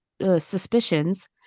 suspicions